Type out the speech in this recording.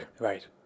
Right